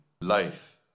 life